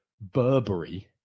Burberry